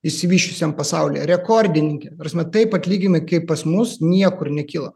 išsivysčiusiam pasaulyje rekordininkė ta prasme taip atlyginimai kaip pas mus niekur nekilo